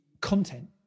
content